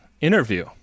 interview